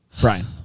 Brian